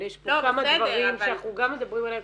אבל יש פה כמה דברים שאנחנו גם מדברים עליהם.